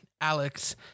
Alex